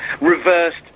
reversed